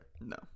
No